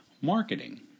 marketing